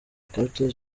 carter